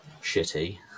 shitty